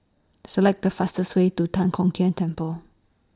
Select The fastest Way to Tan Kong Tian Temple